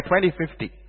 2050